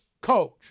coach